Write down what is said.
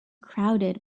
crowded